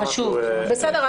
בסדר,